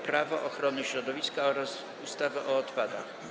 Prawo ochrony środowiska oraz ustawy o odpadach.